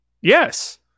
Yes